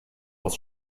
was